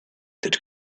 that